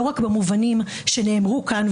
לא רק במובנים שנאמרו כאן,